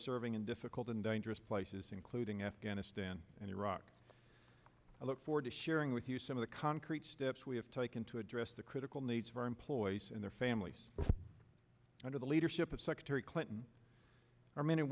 serving in difficult and dangerous places including afghanistan and iraq i look forward to sharing with you some of the concrete steps we have taken to address the critical needs of our employees and their families under the leadership of secretary clinton our men and